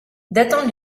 datant